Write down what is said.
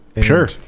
Sure